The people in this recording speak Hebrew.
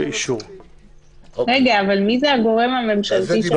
מי זה הגורם הממשלתי?